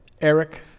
Eric